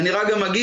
ואני רק אגיד,